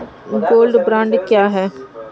Gold bond क्या है?